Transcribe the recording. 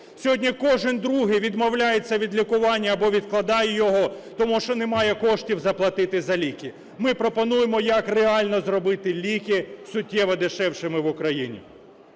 Сьогодні кожний другий відмовляється від лікування або відкладає його, тому що немає коштів заплатити за ліки. Ми пропонуємо, як реально зробити ліки суттєво дешевшими в Україні.